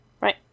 Right